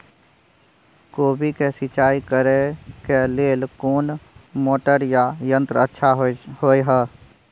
कोबी के सिंचाई करे के लेल कोन मोटर या यंत्र अच्छा होय है?